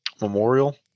memorial